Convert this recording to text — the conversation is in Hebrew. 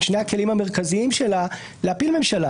שני הכלים המרכזיים שלה להפיל ממשלה,